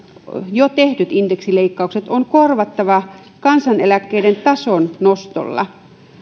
jo tekemät indeksileikkaukset on korvattava kansaneläkkeiden tason nostolla